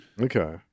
Okay